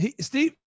Steve